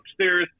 upstairs